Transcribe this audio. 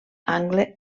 angle